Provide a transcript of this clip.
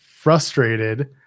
frustrated